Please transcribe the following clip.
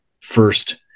first